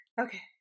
Okay